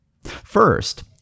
First